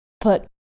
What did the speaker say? put